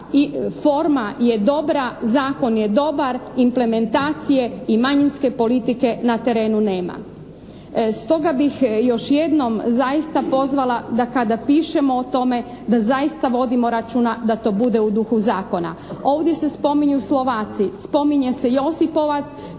forma je dobra, zakon je dobar, implementacije i manjinske politike na terenu nema. Stoga bih još jednom zaista pozvala da kada pišemo o tome, da zaista vodimo računa da to bude u duhu zakona. Ovdje se spominju Slovaci, spominje se Josipovac